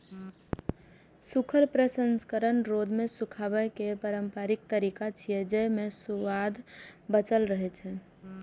सूखल प्रसंस्करण रौद मे सुखाबै केर पारंपरिक तरीका छियै, जेइ मे सुआद बांचल रहै छै